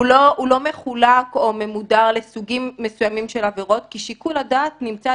אין שיקול דעת.